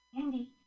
Andy